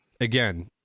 again